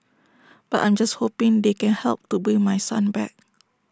but I'm just hoping they can help to bring my son back